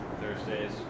Thursdays